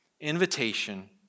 invitation